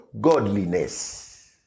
Godliness